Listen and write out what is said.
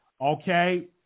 Okay